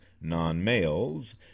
non-males